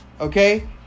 Okay